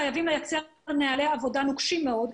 חייבים לייצר נוהלי עבודה נוקשים מאוד,